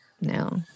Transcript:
no